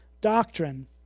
doctrine